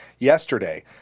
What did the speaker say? Yesterday